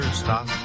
stop